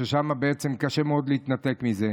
שקשה מאוד להתנתק מזה.